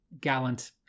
Gallant